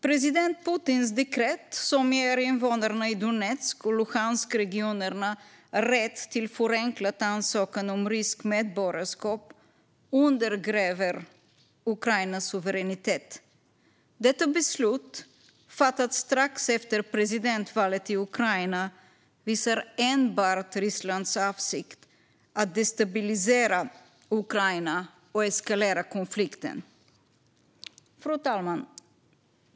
President Putins dekret som ger invånarna i Donetsk och Luhanskregionerna rätt till förenklad ansökan om ryskt medborgarskap undergräver Ukrainas suveränitet. Detta beslut, fattat strax efter presidentvalet i Ukraina, visar enbart Rysslands avsikt att destabilisera Ukraina och eskalera konflikten. Fru talman!